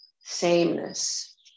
sameness